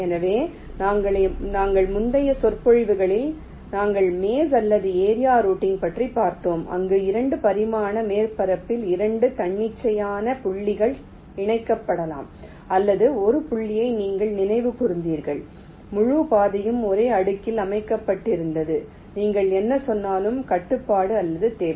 எனவே எங்கள் முந்தைய சொற்பொழிவுகளில் நாங்கள் மேஸ் அல்லது ஏரியா ரூட்டிங் பற்றி பார்த்தோம் அங்கு 2 பரிமாண மேற்பரப்பில் 2 தன்னிச்சையான புள்ளிகள் இணைக்கப்படலாம் ஆனால் ஒரு புள்ளியை நீங்கள் நினைவு கூர்ந்தீர்கள் முழு பாதையும் ஒரே அடுக்கில் அமைக்கப்பட்டிருந்தது நீங்கள் என்ன சொன்னாலும் கட்டுப்பாடு அல்லது தேவை